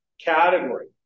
category